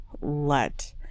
let